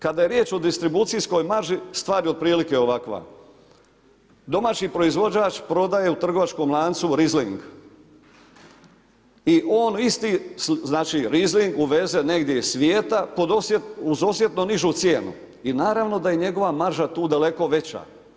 Kada je riječ o distribucijskoj marži stvar je otprilike ovakva, domaći proizvođač prodaje u trgovačkom lancu Rizling i on isti Rizling uveze negdje iz svijeta uz osjetno nižu cijenu i naravno da je njegova marža tu daleko veća.